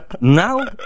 now